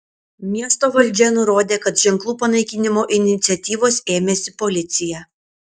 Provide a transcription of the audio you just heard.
miesto valdžia nurodė kad ženklų panaikinimo iniciatyvos ėmėsi policija